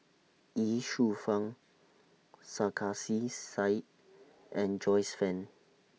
Ye Shufang Sarkasi Said and Joyce fan